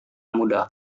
muda